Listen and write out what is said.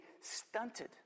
stunted